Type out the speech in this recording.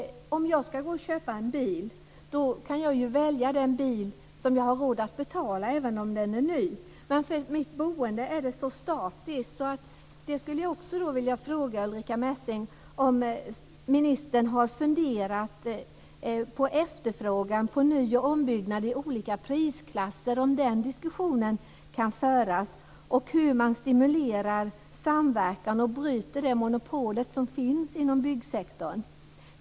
Om jag ska gå och köpa en bil kan jag välja den bil jag har råd att betala, även en ny bil. Men boendet är så statiskt. Har Ulrica Messing funderat på efterfrågan på ny och ombyggnad i olika prisklasser? Kan den diskussionen föras? Hur stimulerar man samverkan och bryter det monopol som finns inom byggsektorn?